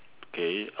okay uh